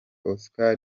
oscar